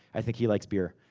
i think he likes beer.